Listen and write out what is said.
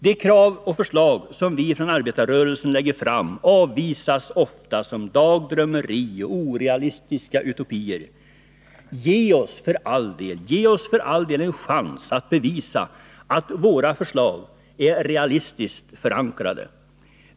De krav och förslag som vi från arbetarrörelsen lägger fram avvisas oftast som dagdrömmeri och orealistiska utopier. Ge oss för all del då en chans att bevisa att våra förslag är realistiskt förankrade!